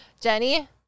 Jenny